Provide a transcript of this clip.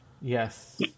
Yes